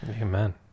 Amen